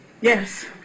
Yes